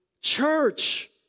Church